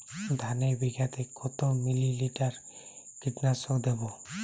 ধানে বিঘাতে কত মিলি লিটার কীটনাশক দেবো?